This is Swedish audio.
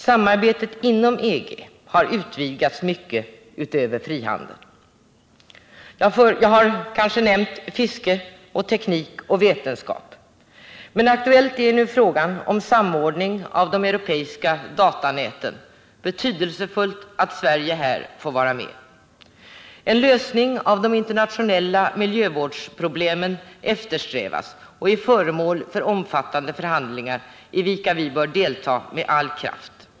Samarbetet inom EG har utvidgats mycket utöver frihandeln — jag har nämnt fiske, teknik och vetenskap. Aktuell är nu frågan om samordning av de europeiska datanäten, och det är betydelsefullt att Sverige här får vara med. En lösning av internationella miljövårdsproblem eftersträvas och är föremål för omfattande förhandlingar, i vilka vi bör delta med all kraft.